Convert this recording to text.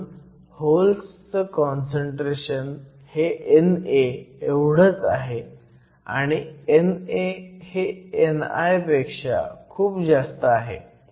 म्हणून होल्स चं काँसंट्रेशन हे NA एवढंच आहे आणि NA हे ni पेक्षा खूप जास्त आहे